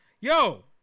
yo